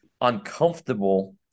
uncomfortable